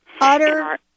Utter